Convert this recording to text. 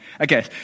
Okay